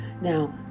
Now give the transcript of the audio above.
now